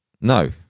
no